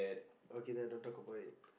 okay then I don't talk about it